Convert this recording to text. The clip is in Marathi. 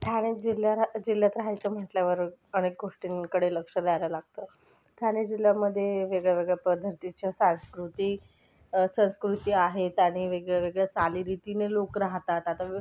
ठाणे जिल्ह्या जिल्ह्यात राहायचं म्हटल्यावर अनेक गोष्टींकडे लक्ष द्यायला लागतं ठाणे जिल्ह्यामध्ये वेगळ्या वेगळ्या पद्धतीच्या सांस्कृतिक संस्कृती आहेत आणि वेगळ्यावेगळ्या चालीरीतीने लोक राहतात आता